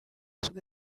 byose